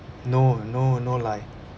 no no no lie